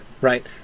right